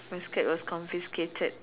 my skirt was confiscated